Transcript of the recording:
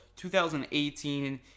2018